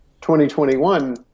2021